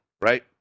right